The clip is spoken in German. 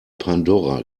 pandora